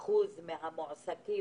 יש הסכם קיבוצי עם